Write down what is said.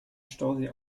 stausee